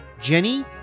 Jenny